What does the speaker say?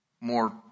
more